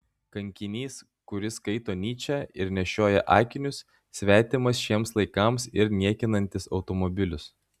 kankinys kuris skaito nyčę ir nešioja akinius svetimas šiems laikams ir niekinantis automobilius